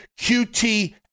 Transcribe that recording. qt